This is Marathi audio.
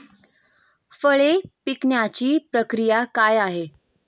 फळे पिकण्याची प्रक्रिया काय आहे?